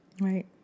Right